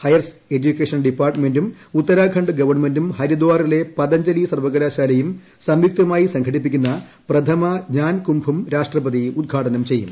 higher education ഡിപ്പാർട്ടുമെന്റും ഉത്തരാഖണ്ഡ് ഗവണ്മെന്റും ഹരിദ്വാറിലെ പതഞ്ജലി സർവ്വകലാശാലയും സംയുക്തമായി സംഘടിപ്പിക്കുന്ന പ്രഥമ ജ്ഞാൻകുംഭും രാഷ്ട്രപതി ഉദ്ഘാട്ടൻ ് ചെയ്യും